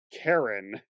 Karen